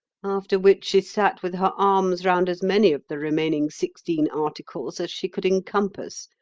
after which she sat with her arms round as many of the remaining sixteen articles as she could encompass,